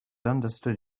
understood